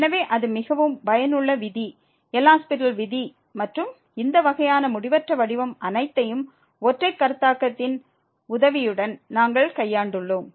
எனவே அது மிகவும் பயனுள்ள விதி எல் ஹாஸ்பிடல் விதி மற்றும் இந்த வகையான முடிவற்ற வடிவம் அனைத்தையும் ஒற்றை கருத்தாக்கத்தின் உதவியுடன் நாங்கள் கையாண்டுள்ளோம்